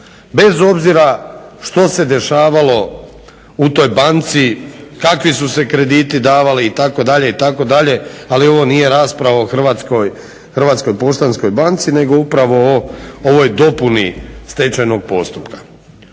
bez obzira što se dešavalo u toj banci, kakvi su se krediti davali itd. itd. ali ovo nije rasprava o Hrvatskoj poštanskoj banci, nego upravo o ovoj dopuni stečajnog postupka.